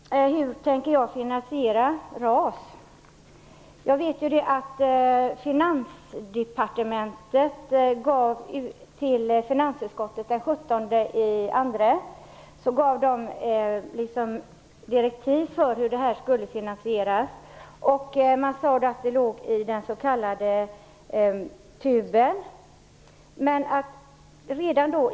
Hur tänker vi finansiera RAS? Finansdepartementet gav den 17 februari direktiv till finansutskottet för hur detta skall finansieras. Man sade att det låg i den s.k. TUB:en.